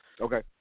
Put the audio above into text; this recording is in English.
Okay